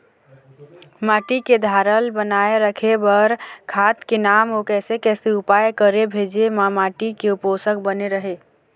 माटी के धारल बनाए रखे बार खाद के नाम अउ कैसे कैसे उपाय करें भेजे मा माटी के पोषक बने रहे?